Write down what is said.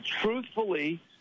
truthfully